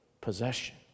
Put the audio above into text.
possession